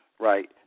right